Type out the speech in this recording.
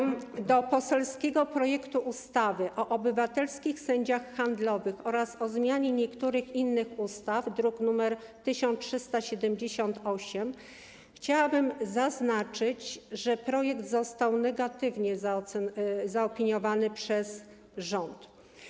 Odnosząc się do poselskiego projektu ustawy o obywatelskich sędziach handlowych oraz o zmianie niektórych innych ustaw, druk nr 1378, chciałabym zaznaczyć, że projekt został negatywnie zaopiniowany przez rząd.